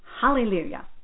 Hallelujah